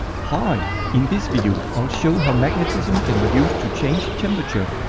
hi! in this video i will show how magnetism can be used to change temperature.